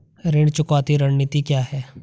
ऋण चुकौती रणनीति क्या है?